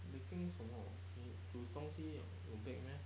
baking 什么你煮东西有 bake meh